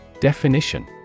Definition